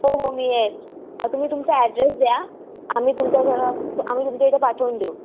हो हो मिळेल अहो तुम्ही तुमचा ॲड्रेस द्या आम्ही तुमच्या घर आम्ही तुमच्या इथं पाठवून देऊ